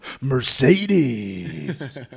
Mercedes